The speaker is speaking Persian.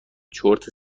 چرت